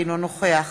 אינו נוכח